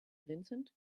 vincent